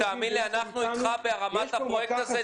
אנחנו איתך ברמת הפרויקט הזה.